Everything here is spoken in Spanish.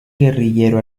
guerrillero